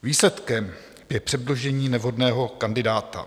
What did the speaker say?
Výsledkem je předložení nevhodného kandidáta.